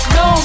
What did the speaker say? no